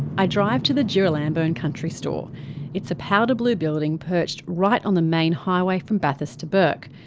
i drive to the girilambone country store it's a powder-blue building perched right on the main highway from bathurst to bourke.